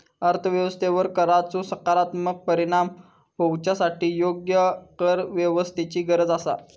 अर्थ व्यवस्थेवर कराचो सकारात्मक परिणाम होवच्यासाठी योग्य करव्यवस्थेची गरज आसा